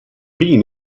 bean